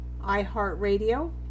iHeartRadio